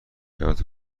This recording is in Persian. حیاط